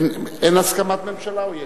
אין הסכמת ממשלה או יש?